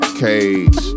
Cage